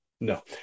No